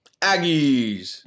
aggies